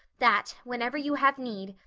that, whenever you have need,